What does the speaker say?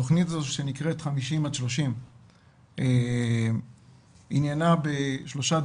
התכנית שנקראת 50-30 עניינה בשלושה